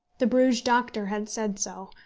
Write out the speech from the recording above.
the bruges doctor had said so,